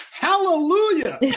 hallelujah